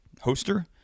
hoster